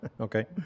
Okay